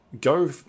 Go